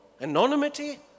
anonymity